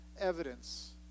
evidence